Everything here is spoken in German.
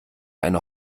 eine